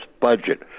budget